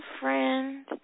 friend